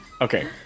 Okay